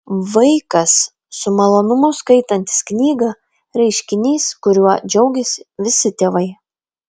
vaikas su malonumu skaitantis knygą reiškinys kuriuo džiaugiasi visi tėvai